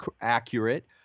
accurate